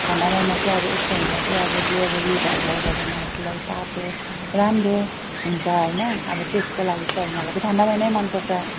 ठन्डा महिना चाहिँ अब यस्तो हुन्छ कि अब जे अब लुगाहरू लाउँदा पनि आफूलाई तातो राम्रो हुन्छ होइन अब त्यसको लागि चाहिँ अब मलाई चाहिँ ठन्डा महिनै मनपर्छ